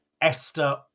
Esther